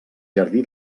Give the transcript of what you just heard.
jardí